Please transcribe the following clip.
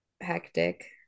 hectic